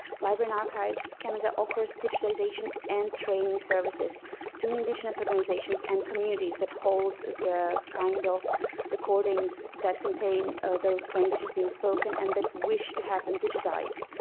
archives canada offers digitalization and training services to indigenous organizations and communities that hold the kind of recordings that contain those languages being spoken and that wish to have them digitized.